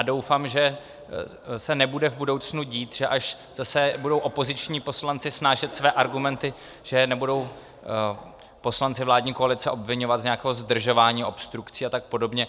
Doufám, že se nebude v budoucnu dít, až zase budou opoziční poslanci snášet své argumenty, že je budou poslanci vládní koalice obviňovat z nějakého zdržování, obstrukcí a tak podobně.